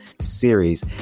series